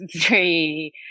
three